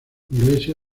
iglesia